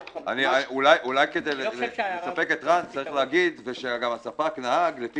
אולי כדי לספק את רן מלמד צריך להגיד "שהספק נהג לפי